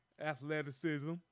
athleticism